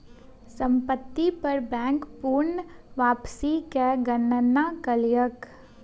संपत्ति पर बैंक पूर्ण वापसी के गणना कयलक